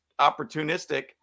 opportunistic